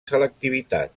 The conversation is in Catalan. selectivitat